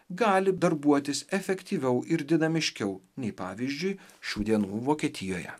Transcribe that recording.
gali darbuotis efektyviau ir dinamiškiau nei pavyzdžiui šių dienų vokietijoje